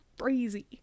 crazy